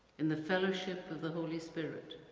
in the fellowship of the holy spirit,